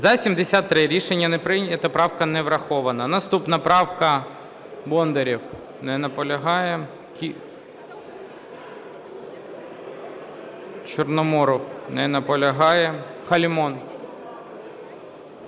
За-73 Рішення не прийнято, правка не врахована. Наступна правка, Бондарєв. Не наполягає. Чорноморов не наполягає. Халімон?